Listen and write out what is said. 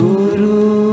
Guru